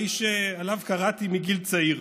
האיש שעליו קראתי מגיל צעיר.